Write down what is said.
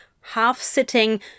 half-sitting